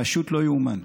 פשוט לא יאומן.